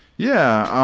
yeah.